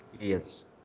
Yes